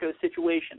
situation